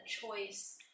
choice